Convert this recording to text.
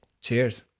Cheers